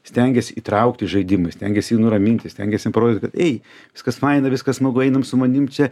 stengiasi įtraukt į žaidimą stengiasi jį nuraminti stengiasi parodyt kad ei viskas faina viskas smagu einam su manimi čia